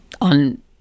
on